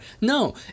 No